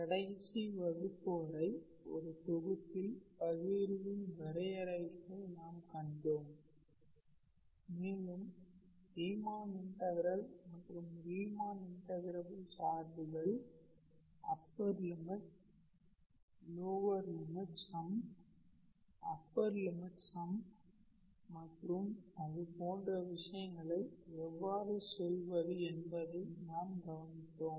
கடைசி வகுப்பு வரை ஒரு தொகுப்பில் பகிர்வின் வரையறைகளை நாம் கண்டோம் மேலும் ரீமன் இன்டகரல் மற்றும் ரீமன் இன்டகிரபிள் சார்புகள் upper limit lower limit sum upper limit sum மற்றும் அது போன்ற விஷயங்களை எவ்வாறு சொல்வது என்பதையும் நாம் கவனித்தோம்